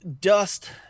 dust